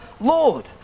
Lord